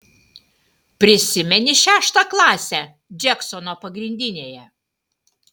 prisimeni šeštą klasę džeksono pagrindinėje